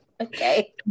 Okay